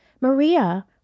Maria